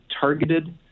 targeted